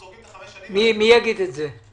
מי יגיד את זה?